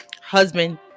husband